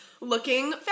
looking